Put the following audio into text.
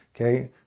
Okay